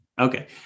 Okay